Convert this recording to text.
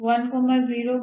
ಒಂದು ಮತ್ತು